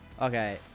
okay